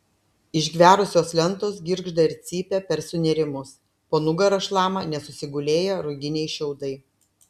išgverusios lentos girgžda ir cypia per sunėrimus po nugara šlama nesusigulėję ruginiai šiaudai